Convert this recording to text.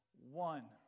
One